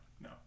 No